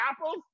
apples